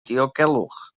diogelwch